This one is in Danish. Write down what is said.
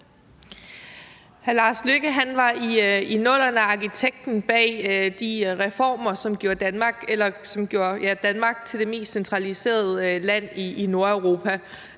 Hr. Lars Løkke Rasmussen var i 00'erne arkitekten bag de reformer, som gjorde Danmark til det mest centraliserede land i Nordeuropa.